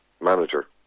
manager